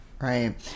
Right